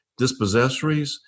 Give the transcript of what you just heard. dispossessories